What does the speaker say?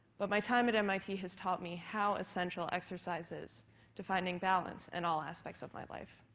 but my time at mit has taught me how essential exercise is to finding balance in all aspects of my life.